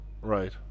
Right